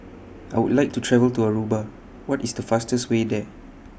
I Would like to travel to Aruba What IS The fastest Way There